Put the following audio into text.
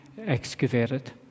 excavated